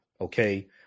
okay